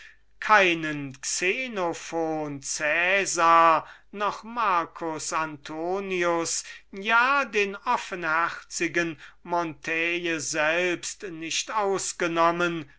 keinen xenophon noch marcus antoninus ja selbst den offenherzigen montaigne nicht ausgenommen